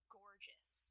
gorgeous